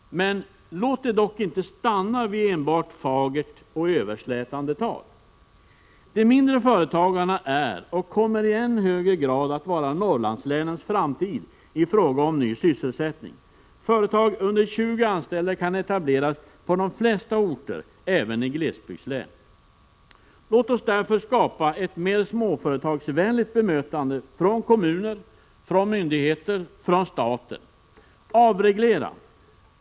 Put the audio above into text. Låt det dock inte stanna vid enbart fagert och överslätande tal! De mindre företagarna är och kommer i än högre grad att vara Norrlandslänens framtid i fråga om ny sysselsättning. Företag med mindre än 20 anställda kan etableras på de flesta orter även i glesbygdslän. Låt oss därför skapa ett mer småföretagsvänligt bemötande — från kommuner, från myndigheter och från staten. Avreglera.